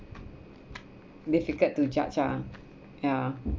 difficult to judge ah ya